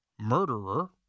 murderer